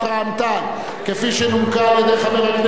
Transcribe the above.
שנומקה על-ידי חבר הכנסת טלב אלסאנע,